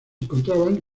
encontraban